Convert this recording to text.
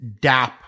DAP